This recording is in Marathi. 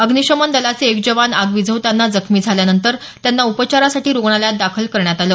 अग्नीशमन दलाचे एक जवान आग विझवताना जखमी झाल्यानंतर त्यांना उपचारांसाठी रुग्णालयात दाखल करण्यात आलं